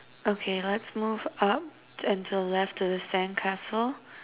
okay let's move up and to the left and to the sandcastle